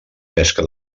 pesca